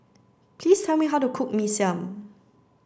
please tell me how to cook Mee Siam